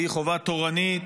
והיא חובה תורנית,